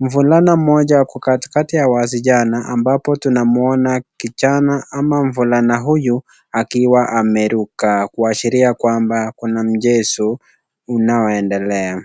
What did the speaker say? Mvulana mmoja ako katikati ya wasichana ambapo tunamuona kijana ama mvulana huyu akiwa ameruka. Kuashiria kwamba kuna mchezo unaoendelea.